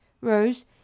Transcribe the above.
Rose